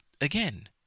again